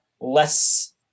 less